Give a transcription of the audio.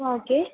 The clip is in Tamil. ஆ ஓகே